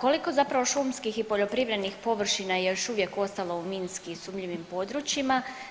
koliko zapravo šumskih i poljoprivrednih površina je još uvijek ostalo u minskim sumnjivim područjima?